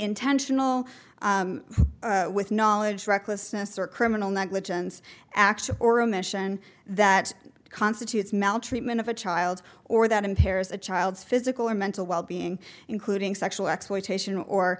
intentional with knowledge recklessness or criminal negligence act or omission that constitutes maltreatment of a child or that impairs a child's physical or mental wellbeing including sexual exploitation or